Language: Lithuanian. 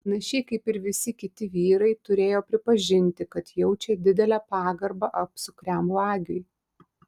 panašiai kaip ir visi kiti vyrai turėjo pripažinti kad jaučia didelę pagarbą apsukriam vagiui